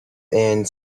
and